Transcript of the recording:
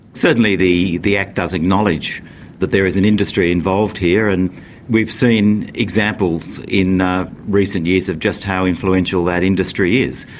certainly the the act does acknowledge that there is an industry involved here, and we've seen examples in recent years of just how influential that industry is.